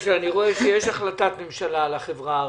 רואה שיש החלטת ממשלה על החברה הערבית.